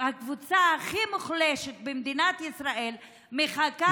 הקבוצה הכי מוחלשת במדינת ישראל מחכה כבר,